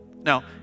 Now